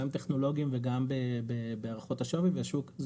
גם טכנולוגיים וגם בהערכות השווי זה